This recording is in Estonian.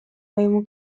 vaimu